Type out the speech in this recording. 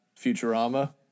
Futurama